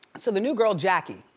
so the new girl, jackie,